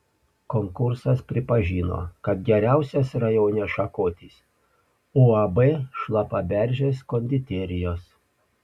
konkursas pripažino kad geriausias rajone šakotis uab šlapaberžės konditerijos